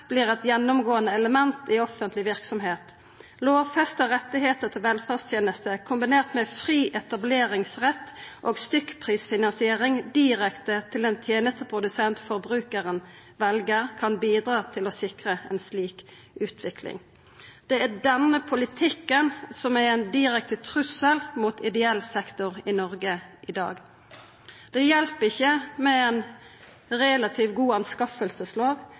blir et gjennomgående element i offentlig virksomhet. Lovfestede rettigheter til velferdstjenester, kombinert med fri etableringsrett og stykkprisfinansiering direkte til den tjenesteprodusent forbrukeren velger, kan bidra til å sikre en slik utvikling.» Det er denne politikken som er ein direkte trussel mot ideell sektor i Noreg i dag. Det hjelper ikkje med ei relativt god